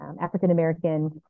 African-American